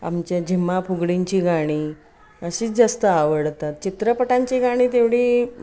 आमच्या झिम्मा फुगडींची गाणी अशीच जास्त आवडतात चित्रपटांची गाणी तेवढी